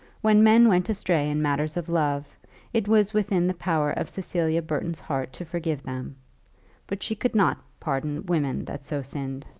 when men went astray in matters of love it was within the power of cecilia burton's heart to forgive them but she could not pardon women that so sinned.